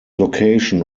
location